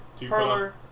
Perler